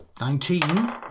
Nineteen